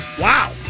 Wow